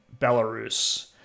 Belarus